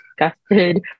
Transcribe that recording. disgusted